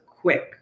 quick